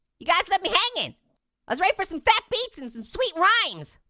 you guys left me hanging. i was ready for some fat beats and some sweet rhymes.